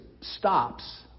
stops